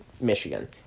Michigan